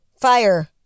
fire